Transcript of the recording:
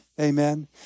Amen